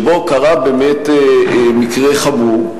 וקרה באמת מקרה חמור,